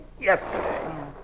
yesterday